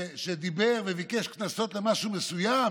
שדיבר וביקש קנסות למשהו מסוים?